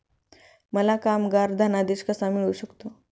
मला कामगार धनादेश कसा मिळू शकतो?